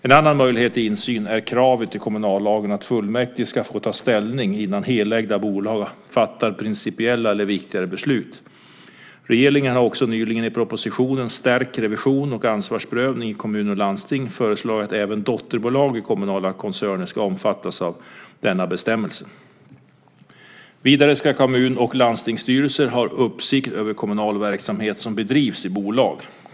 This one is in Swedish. En annan möjlighet till insyn är kravet i kommunallagen att fullmäktige ska få ta ställning innan helägda bolag fattar principiella eller viktigare beslut. Regeringen har också nyligen i propositionen Stärkt revision och ansvarsprövning i kommuner och landsting föreslagit att även dotterbolag i kommunala koncerner ska omfattas av denna bestämmelse. Vidare ska kommun och landstingsstyrelser ha uppsikt över kommunal verksamhet som bedrivs i bolag.